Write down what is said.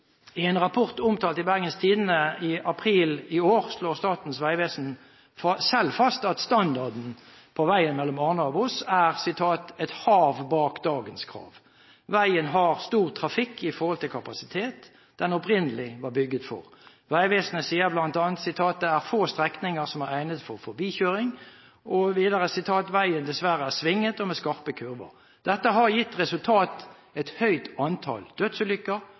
I en rapport omtalt i Bergens Tidende i april i år, slår Statens vegvesen selv fast at standarden på veien mellom Arna og Voss er «et hav bak dagens krav». Veien har stor trafikk i forhold til kapasiteten den opprinnelig var bygget for. Vegvesenet sier bl.a. at det er få strekninger som er egnet for forbikjøring mellom Arna og Voss, og at veien dessverre er svinget og med skarpe kurver. Dette har gitt som resultat et høyt antall dødsulykker